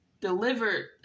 delivered